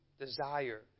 desire